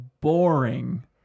boring